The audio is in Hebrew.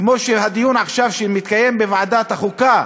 כמו בדיון שמתקיים עכשיו בוועדת החוקה.